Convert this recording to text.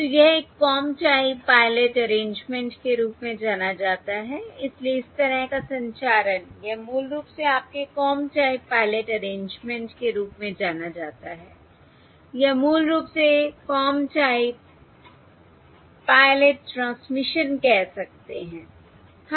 तो यह एक कॉम टाइप पायलट अरेंजमेंट के रूप में जाना जाता है इसलिए इस तरह का संचारण यह मूल रूप से आपके कॉम टाइप पायलट अरेंजमेंट के रूप में जाना जाता है या मूल रूप से कॉम टाइप पायलट ट्रांसमिशन कह सकते हैं